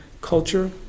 culture